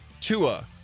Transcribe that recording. Tua